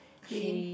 clean